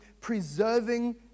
preserving